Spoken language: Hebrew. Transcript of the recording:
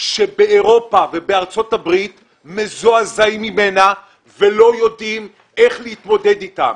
שבאירופה ובארצות הברית מזועזעים ממנה ולא יודעים איך להתמודד אתם.